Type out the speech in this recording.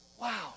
wow